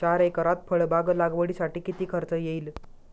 चार एकरात फळबाग लागवडीसाठी किती खर्च येईल?